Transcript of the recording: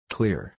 Clear